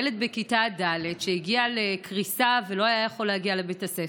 ילד בכיתה ד' שהגיע לקריסה ולא היה יכול להגיע לבית הספר.